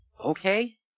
Okay